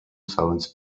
sounds